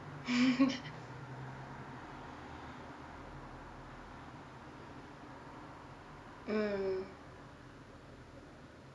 mm